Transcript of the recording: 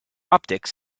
optics